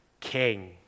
king